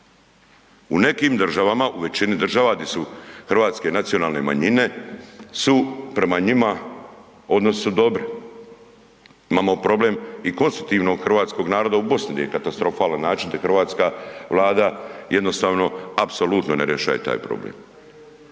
U nekim državama, u većini država di su hrvatske nacionalne manjine su prema njima odnosi su dobri, imamo problem i konstitutivnog hrvatskog naroda u BiH-u gdje je na katastrofalan način, to hrvatska Vlada jednostavno apsolutno ne rješava taj problem.